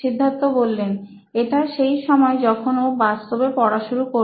সিদ্ধার্থ এটা সেই সময় যখন ও বাস্তবে পড়া শুরু করে